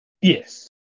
Yes